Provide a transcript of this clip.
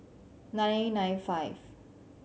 nine nine five